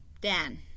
Dan